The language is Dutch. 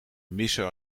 missen